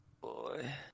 boy